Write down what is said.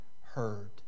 heard